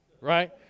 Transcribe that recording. Right